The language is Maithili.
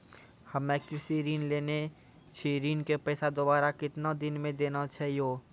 हम्मे कृषि ऋण लेने छी ऋण के पैसा दोबारा कितना दिन मे देना छै यो?